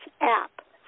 app